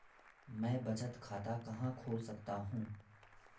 मैं बचत खाता कहां खोल सकता हूँ?